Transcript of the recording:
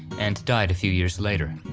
and died a few years later.